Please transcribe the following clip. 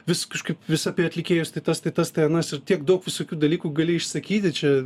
vis kažkaip vis apie atlikėjus tai tas tai tas tai anas ir tiek daug visokių dalykų gali išsakyti čia